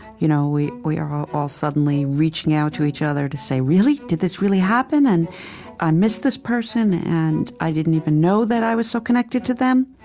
you know we're all all suddenly reaching out to each other to say, really? did this really happen? and i miss this person, and i didn't even know that i was so connected to them.